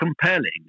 compelling